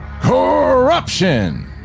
Corruption